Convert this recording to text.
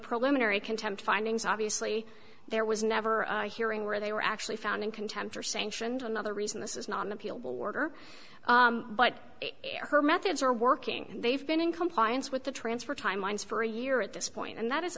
preliminary contempt findings obviously there was never a hearing where they were actually found in contempt or sanctioned another reason this is not an appealable order but her methods are working and they've been in compliance with the transfer timelines for a year at this point and that is